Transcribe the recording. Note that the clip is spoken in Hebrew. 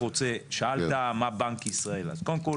שאלת מה בנק ישראל, אז קודם כל